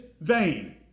vain